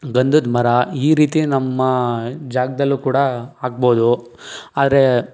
ಗಂಧದ ಮರ ಈ ರೀತಿ ನಮ್ಮ ಜಾಗದಲ್ಲೂ ಕೂಡಾ ಹಾಕ್ಬೋದು ಆದರೆ